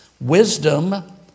Wisdom